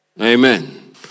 Amen